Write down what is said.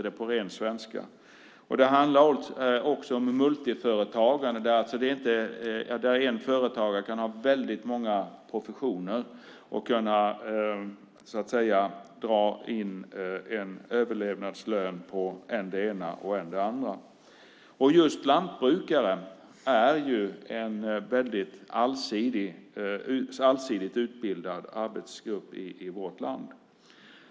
Det handlar också om multiföretagande, där en företagare kan ha väldigt många professioner och drar in en överlevnadslön ömsom på det ena, ömsom på det andra. Just lantbrukare är en väldigt allsidigt utbildad yrkesgrupp i vårt land.